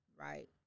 right